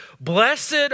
blessed